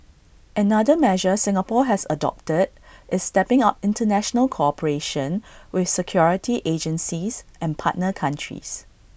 another measure Singapore has adopted is stepping up International cooperation with security agencies and partner countries